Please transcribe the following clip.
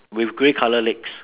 with grey colour legs